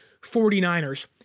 49ers